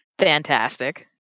Fantastic